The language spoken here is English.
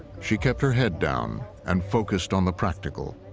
she kept her head down and focused on the practical.